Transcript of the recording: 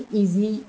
easy